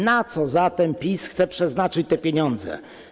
Na co zatem PiS chce przeznaczyć te pieniądze?